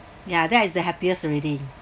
ya that is the happiest already